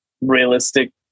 realistic